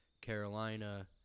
Carolina